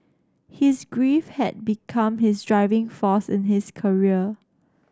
his grief had become his driving force in his career